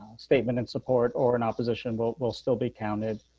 statement and support or an opposition will will still be counted.